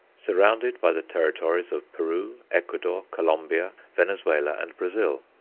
surrounded by the territories of peru, ecuador, colombia, venezuela, and brazil.